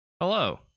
Hello